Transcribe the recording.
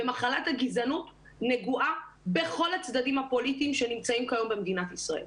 ומחלת הגזענות נגועה בכל הצדדים הפוליטיים שנמצאים כיום במדינת ישראל: